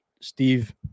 Steve